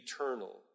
eternal